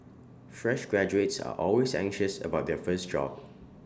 fresh graduates are always anxious about their first job